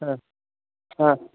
हां हां